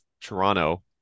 Toronto